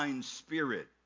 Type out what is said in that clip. spirit